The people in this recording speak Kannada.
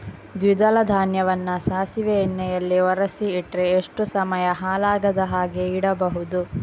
ದ್ವಿದಳ ಧಾನ್ಯವನ್ನ ಸಾಸಿವೆ ಎಣ್ಣೆಯಲ್ಲಿ ಒರಸಿ ಇಟ್ರೆ ಎಷ್ಟು ಸಮಯ ಹಾಳಾಗದ ಹಾಗೆ ಇಡಬಹುದು?